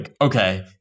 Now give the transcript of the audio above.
okay